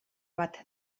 bat